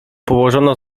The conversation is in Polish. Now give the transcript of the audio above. położono